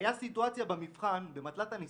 הייתה סיטואציה במבחן, במטלת הניסוח,